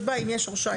שבה אם יש הרשעה,